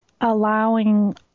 allowing